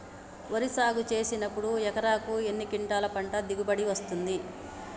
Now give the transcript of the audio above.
వరి సాగు చేసినప్పుడు ఎకరాకు ఎన్ని క్వింటాలు పంట దిగుబడి వస్తది?